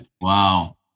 wow